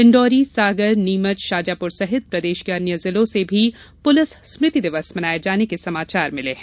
डिंडोरीसागरनीमचशाजापुर सहित प्रदेश के अन्य जिलों से भी पुलिस स्मृति दिवस मनाये जाने के समाचार मिले है